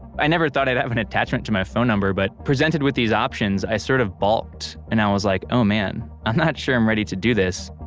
i never thought i'd have an attachment to my phone number, but presented with these options i sort of balked and i was like oh man, i'm not sure i'm ready to do this.